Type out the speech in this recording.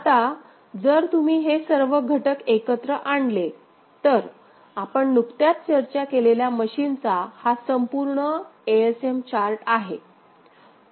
आता जर तुम्ही हे सर्व घटक एकत्र आणले तर आपण नुकत्याच चर्चा केलेल्या मशीनचा हा संपूर्ण एएसएम चार्ट आहे